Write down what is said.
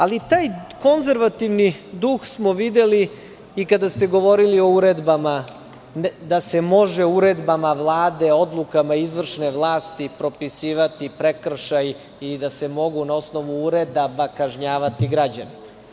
Ali, taj konzervativni duh smo videli i kada ste govorili o uredbama, da se može uredbama Vlade, odlukama izvršne vlasti, propisivati prekršaji i da se mogu na osnovu uredaba kažnjavati građani.